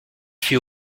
fut